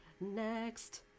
next